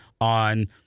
on—